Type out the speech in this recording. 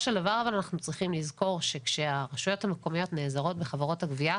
אנחנו צריכים לזכור שכשהרשויות המקומיות נעזרות בחברות הגבייה,